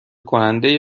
کننده